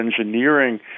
engineering